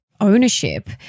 ownership